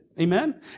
amen